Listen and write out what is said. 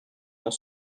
dans